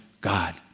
God